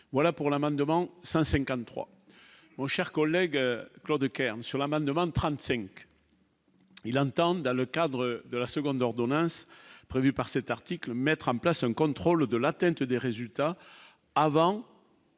voilà pour l'amendement 5 53 moins cher collègue Claude Kern sur la manne demande 35, ils entendent dans le cadre de la seconde ordonnance prévues par cet article, mettre en place un contrôle de l'attente des résultats. Avant